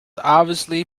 obviously